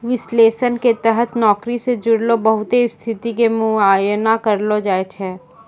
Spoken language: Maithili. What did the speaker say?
विश्लेषण के तहत नौकरी से जुड़लो बहुते स्थिति के मुआयना करलो जाय छै